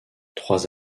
trois